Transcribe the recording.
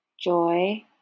joy